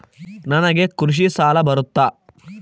ನನಗೆ ಕೃಷಿ ಸಾಲ ಬರುತ್ತಾ?